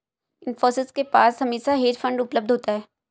इन्फोसिस के पास हमेशा हेज फंड उपलब्ध होता है